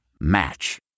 match